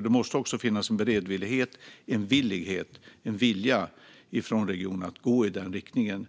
Det måste också finnas en beredvillighet och en vilja från regionerna att gå i den riktningen.